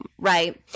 right